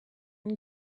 and